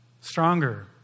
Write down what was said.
stronger